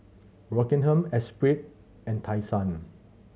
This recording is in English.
Rockingham Esprit and Tai Sun